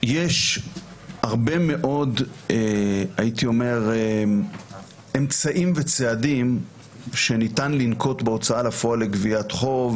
יש הרבה מאוד אמצעים וצעדים שניתן לנקוט בהוצאה לפועל לגביית חוב